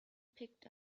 picked